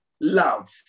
love